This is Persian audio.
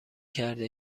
کرده